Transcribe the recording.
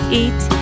eat